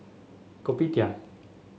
Kopitiam